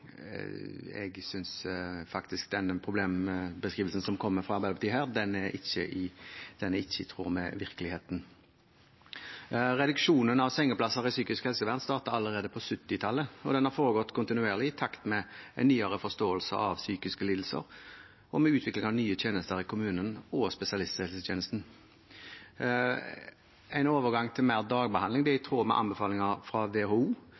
jeg synes faktisk den problembeskrivelsen som kom fra Arbeiderpartiet, ikke er i tråd med virkeligheten. Reduksjonen i antall sengeplasser i psykisk helsevern startet allerede på 1970-tallet, og den har foregått kontinuerlig i takt med en nyere forståelse av psykiske lidelser og med utvikling av nye tjenester i kommunene og spesialisthelsetjenesten. En overgang til mer dagbehandling er i tråd med anbefalinger fra WHO,